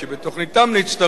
שבתוכניתם להצטרף,